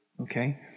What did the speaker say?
Okay